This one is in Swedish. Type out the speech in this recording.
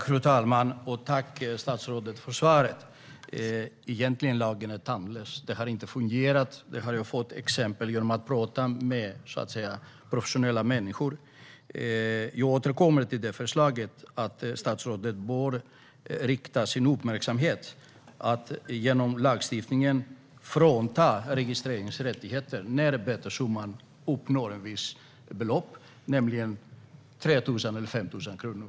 Fru talman! Jag tackar statsrådet för svaret. Egentligen är lagen tandlös. Den har inte fungerat. Jag har fått exempel på det genom att tala med så att säga professionella människor. Jag återkommer till förslaget att statsrådet genom lagstiftning bör frånta bilägaren registreringsrätten när bötessumman uppgår till ett visst belopp - 3 000 eller 5 000 kronor.